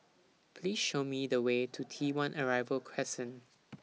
Please Show Me The Way to T one Arrival Crescent